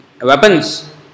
weapons